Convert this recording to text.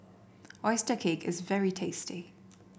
oyster cake is very tasty